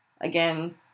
Again